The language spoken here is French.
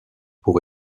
pour